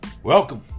Welcome